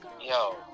Yo